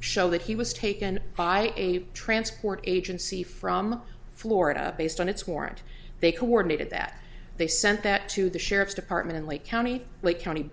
show that he was taken by a transport agency from florida based on its warrant they coordinated that they sent that to the sheriff's department in lake county lake county